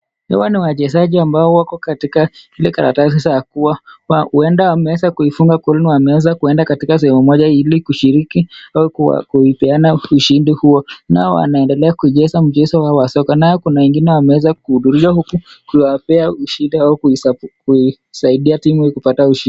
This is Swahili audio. Hawa ni wachezaji ambao wako katika, zile karatasi za kuwa, huenda wameweza kuifunga koli na wameeza kuenda katika sehemu moja ili kushiriki au kuipeana ushindi huo, nao wanaendelea kucheza mchezo wao wa soka, nao kuna wengine wameweza kuhudumiwa huku kuwapea ushindi wao kuisaidia timu hii iweze kupata ushindi.